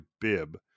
bib